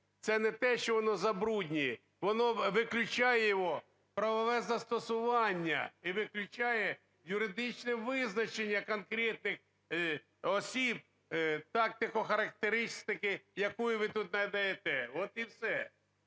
Це не те, що воно забруднює, воно виключає його правове застосування і виключає юридичне визначення конкретних осіб тактико-характеристики, яку ви тут надаєте. От і все.